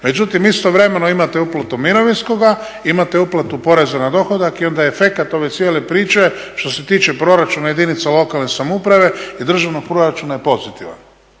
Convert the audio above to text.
Međutim, istovremeno imate uplatu mirovinskoga, imate uplatu poreza na dohodak i onda je efekat ove cijele priče što se tiče proračuna jedinica lokalne samouprave i državnog proračuna je pozitivan.